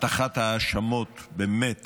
הטחת האשמות באמת